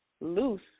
loose